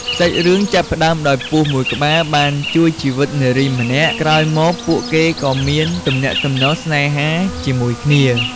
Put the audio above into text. សាច់រឿងចាប់ផ្ដើមដោយពស់មួយក្បាលបានជួយជីវិតនារីម្នាក់ ក្រោយមក ពួកគេក៏មានទំនាក់ទំនងស្នេហាជាមួយគ្នា។